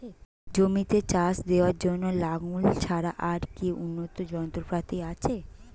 জমিতে চাষ দেওয়ার জন্য লাঙ্গল ছাড়া আর কি উন্নত যন্ত্রপাতি আছে?